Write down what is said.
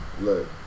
look